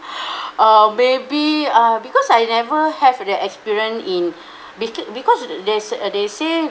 uh maybe uh because I never have the experience in be~ because there is uh they say